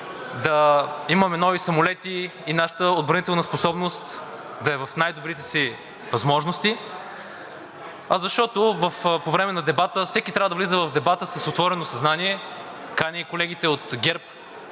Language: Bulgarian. да имаме нови самолети и нашата отбранителна способност да е в най-добрите си възможности, а защото по време на дебата всеки трябва да влиза в дебата с отворено съзнание. Каня колегите от ГЕРБ